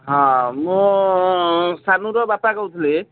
ହଁ ମୁଁ ସାନୁର ବାପା କହୁଥିଲି